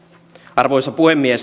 arvoisa puhemies